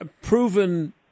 proven